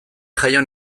jaio